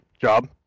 job